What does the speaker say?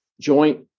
joint